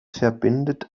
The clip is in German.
verbindet